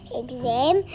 exam